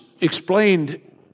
explained